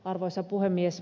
arvoisa puhemies